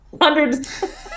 hundreds